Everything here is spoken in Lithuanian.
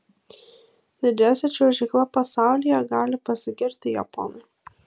didžiausia čiuožykla pasaulyje gali pasigirti japonai